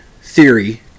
theory